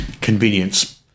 convenience